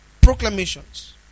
proclamations